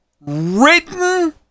written